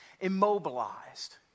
immobilized